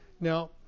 Now